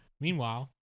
Meanwhile